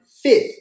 fifth